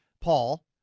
Paul